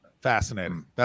fascinating